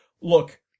look